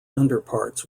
underparts